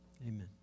Amen